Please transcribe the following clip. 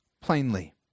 plainly